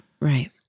Right